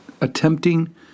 attempting